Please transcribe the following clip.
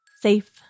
safe